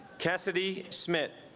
cassidy smith